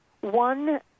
one